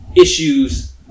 issues